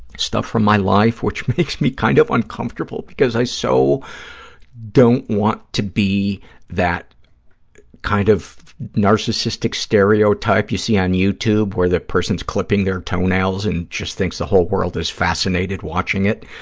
stuff from my life, which makes me kind of uncomfortable because i so don't want to be that kind of narcissistic stereotype you see on youtube, where the person is clipping their toenails and just thinks the whole world is fascinated watching it.